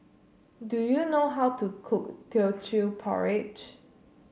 do you know how to cook Teochew Porridge